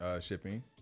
shipping